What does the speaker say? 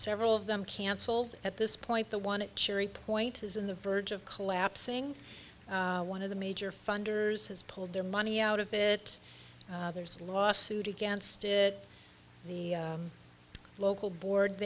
several of them canceled at this point the one in cherry point is in the verge of collapsing one of the major funders has pulled their money out of it there's a lawsuit against it the local board